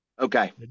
Okay